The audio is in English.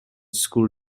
school